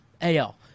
al